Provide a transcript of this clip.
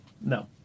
No